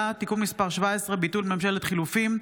(תיקון מס' 17) (ביטול ממשלת חילופים),